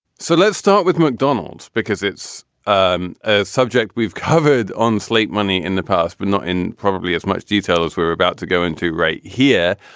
so let's start with mcdonald's, because it's um a subject we've covered on slate money in the past, but not in probably as much detail as we're about to go into right here.